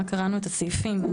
רק קראנו את הסעיפים.